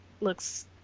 looks